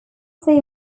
say